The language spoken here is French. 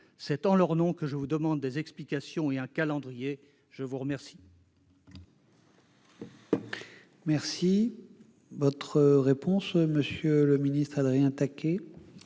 C'est en leur nom que je vous demande des explications et un calendrier. La parole